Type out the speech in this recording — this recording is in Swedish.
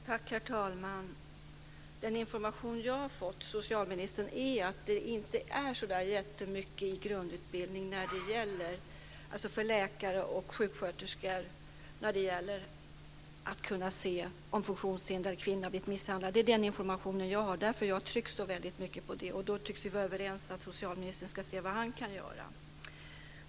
Herr talman! Enligt den information som jag har fått, socialministern, tas det i grundutbildningen för läkare och sjuksköterskor inte upp särskilt mycket när det gäller att kunna se om funktionshindrade kvinnor har blivit misshandlade. Det är den information som jag har. Det är därför som jag har tryckt så väldigt mycket på det. Då tycks vi vara överens om att socialministern ska se vad han kan göra.